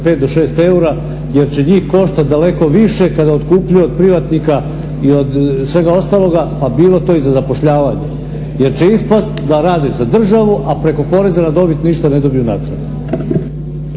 5 do 6 eura jer će njih koštati daleko više kada otkupljuju od privatnika i od svega ostaloga, pa bilo to i za zapošljavanje. Jer će ispasti da rade za državu, a preko poreza na dobit ništa ne dobiju natrag.